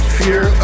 fear